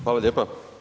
Hvala lijepa.